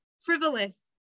frivolous